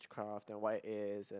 witchcraft and what it is and